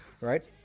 right